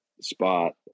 spot